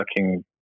working